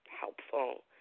helpful